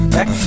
Back